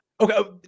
Okay